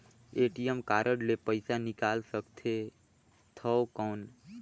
ATM card ले पइसा निकाल सकथे थव कौन?